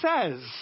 says